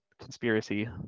conspiracy